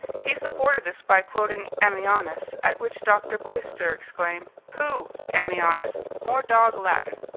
he supported this by quoting ammianus, at which dr. boyster exclaimed, pooh! ammianus more dog latin!